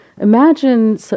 Imagine